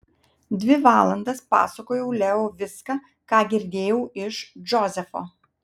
dvi valandas pasakojau leo viską ką girdėjau iš džozefo